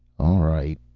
all right.